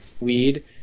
weed